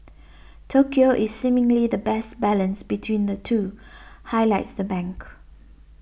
Tokyo is seemingly the best balance between the two highlights the bank